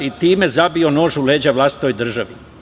Time je zabio nož u leđa vlastitoj državi.